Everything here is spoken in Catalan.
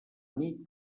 nit